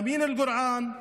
אמין אל-גורען,